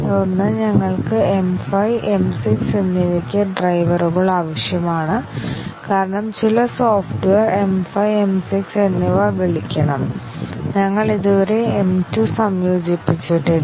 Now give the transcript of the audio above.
തുടർന്ന് ഞങ്ങൾക്ക് M5 M 6 എന്നിവയ്ക്ക് ഡ്രൈവറുകൾ ആവശ്യമാണ് കാരണം ചില സോഫ്റ്റ്വെയർ M 5 M 6 എന്നിവ വിളിക്കണം ഞങ്ങൾ ഇതുവരെ M 2 സംയോജിപ്പിച്ചിട്ടില്ല